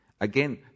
Again